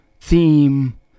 theme